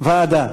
ועדה.